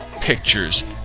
pictures